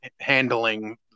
handling